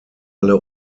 alle